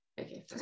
okay